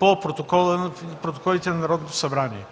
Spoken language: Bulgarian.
от протоколите на Народното събрание.